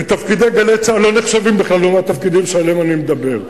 ותפקידי "גלי צה"ל" לא נחשבים בכלל לעומת התפקידים שעליהם אני מדבר.